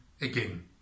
again